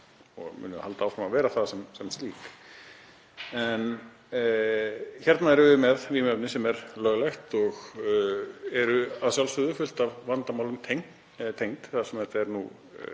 og munu halda áfram að vera það sem slík. En hérna erum við með vímuefni sem er löglegt og að sjálfsögðu er fullt af tengdum vandamálum þar sem þetta er nú